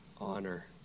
Honor